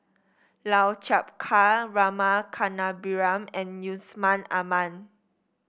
Lau Chiap Khai Rama Kannabiran and Yusman Aman